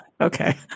Okay